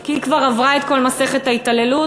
כי היא כבר עברה את כל מסכת ההתעללות,